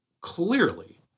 clearly